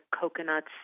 coconuts